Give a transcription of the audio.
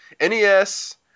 NES